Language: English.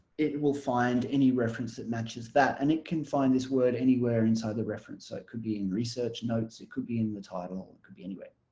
it will find any reference that matches that and it can find this word anywhere inside the reference so it could be in research notes it could be in the title it could be anywhere